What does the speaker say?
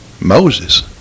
Moses